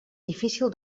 difícil